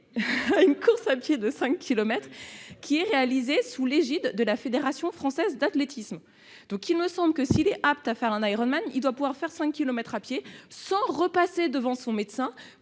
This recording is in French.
à une course à pied de 5 kilomètres organisée sous l'égide de la Fédération française d'athlétisme. Or il me semble que, s'il est apte à faire un ironman, il doit pouvoir faire 5 kilomètres en courant sans repasser devant son médecin